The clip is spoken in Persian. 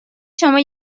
شما